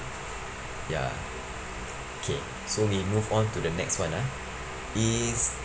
ya okay so we move on to the next one ah is